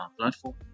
platform